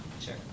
Sure